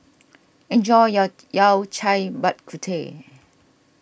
enjoy your Yao Cai Bak Kut Teh